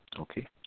Okay